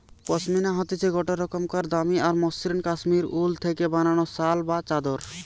পশমিনা হতিছে গটে রোকমকার দামি আর মসৃন কাশ্মীরি উল থেকে বানানো শাল বা চাদর